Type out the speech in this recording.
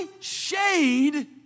shade